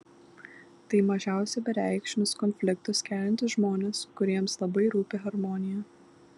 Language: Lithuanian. tai mažiausiai bereikšmius konfliktus keliantys žmonės kuriems labai rūpi harmonija